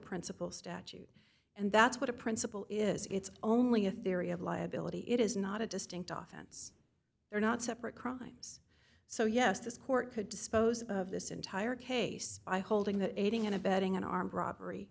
principle statute and that's what a principle is it's only a theory of liability it is not a distinct often it's they're not separate crimes so yes this court could dispose of this entire case by holding that aiding and abetting an armed robbery